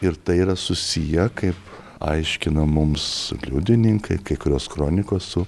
ir tai yra susiję kaip aiškina mums liudininkai kai kurios kronikos su